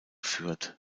führt